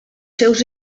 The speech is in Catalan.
seus